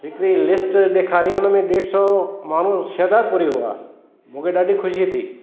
हिकिड़ी लिस्ट ॾेखारी उन में ॾेढ सौ माण्हू शहदादपुरी हुआ मूंखे ॾाढी ख़ुशी थी